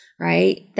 right